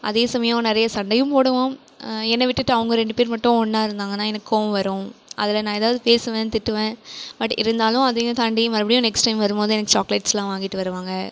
அதே சமயம் நிறைய சண்டையும் போடுவோம் என்னை விட்டுட்டு அவங்க ரெண்டு பேர் மட்டும் ஒன்றா இருந்தாங்கன்னா எனக்கு கோவம் வரும் அதில் நான் ஏதாவது பேசுவேன் திட்டுவேன் பட் இருந்தாலும் அதையும் தாண்டி மறுபடியும் நெக்ஸ்ட் டைம் வரும் போது எனக்கு சாக்லேட்ஸ்லாம் வாங்கிகிட்டு வருவாங்க